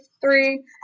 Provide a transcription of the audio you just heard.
three